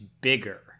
bigger